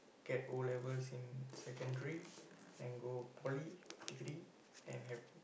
get O-levels in secondary then go Poly degree and have